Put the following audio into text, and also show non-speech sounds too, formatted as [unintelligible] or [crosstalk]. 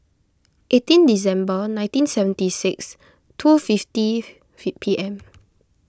eighteen December nineteen seventy six two fifty [unintelligible] P M